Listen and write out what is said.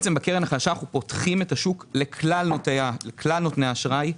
בקרן החדשה אנחנו פותחים לכלל נותני האשראי,